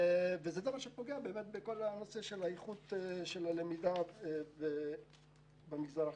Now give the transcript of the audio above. זה דבר שפוגע בכול נושא איכות הלמידה במגזר החרדי.